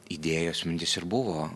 idėjos mintys ir buvo